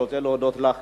אני רוצה להודות לך,